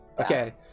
Okay